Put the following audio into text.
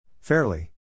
Fairly